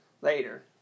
later